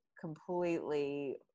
completely